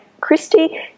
Christy